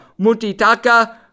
Mutitaka